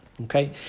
okay